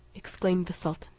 exclaimed the sultan.